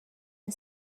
and